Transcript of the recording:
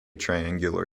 triangular